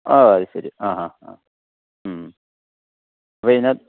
ആ അത് ശരി ആ ആ ആ മ്മ് അപ്പോൾ ഇതിനകത്ത്